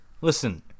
Listen